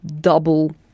double